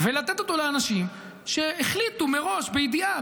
ולתת אותו לאנשים שהחליטו מראש בידיעה,